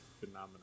phenomena